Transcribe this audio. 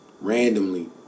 Randomly